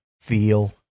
feel